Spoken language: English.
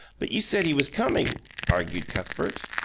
but you said he was coming, argued cuthbert.